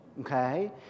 okay